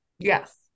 Yes